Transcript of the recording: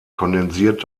kondensiert